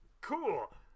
Cool